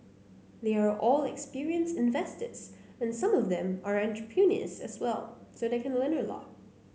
they are all experienced investors and some of them are entrepreneurs as well so they can learn a lot